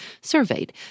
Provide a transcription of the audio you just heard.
surveyed